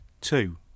Two